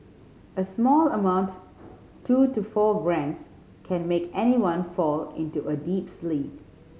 a small amount two to four grams can make anyone fall into a deep sleep